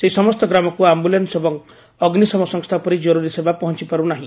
ସେହି ସମସ୍ତ ଗ୍ରାମକୁ ଆମ୍ପୁଲାନୁ ଏବଂ ଅଗ୍ନିଶମ ସଂସ୍ଥା ପରି ଜରୁରୀ ସେବା ପହଞ୍ଚପାରୁ ନାହି